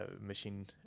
machine